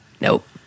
Nope